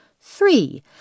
Three